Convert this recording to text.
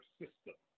system